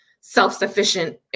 self-sufficient